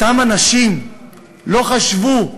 אותם אנשים לא חשבו,